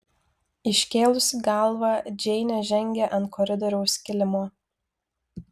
iškėlusi galvą džeinė žengė ant koridoriaus kilimo